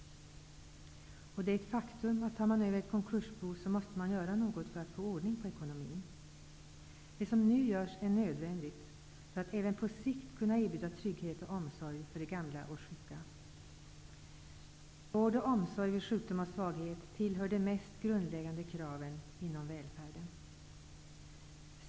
Det är ett faktum att om man tar över ett konkursbo så måste man göra nå got för att få ordning på ekonomin. Det som nu görs är nödvändigt för att även på sikt kunna er bjuda trygghet och omsorg för de gamla och sjuka. Vård och omsorg vid sjukdom och svaghet till hör de mest grundläggande kraven inom välfär den.